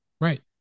Right